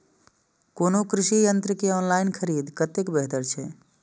कोनो कृषि यंत्र के ऑनलाइन खरीद कतेक बेहतर छै?